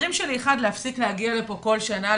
ראשית, החלום שלי הוא להפסיק להגיע לכאן כל שנה.